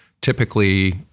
typically